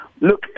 Look